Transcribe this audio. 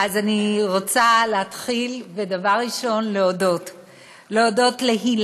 אני רוצה להתחיל, ודבר ראשון להודות להילה,